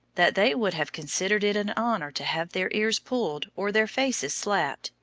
that they would have considered it an honor to have their ears pulled or their faces slapped,